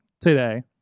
today